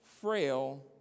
frail